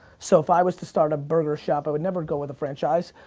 so if i was to start a burger shop i would never go with a franchise,